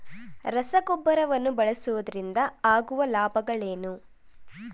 ರಸಗೊಬ್ಬರವನ್ನು ಬಳಸುವುದರಿಂದ ಆಗುವ ಲಾಭಗಳೇನು?